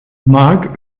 marc